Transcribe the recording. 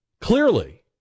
clearly